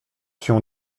się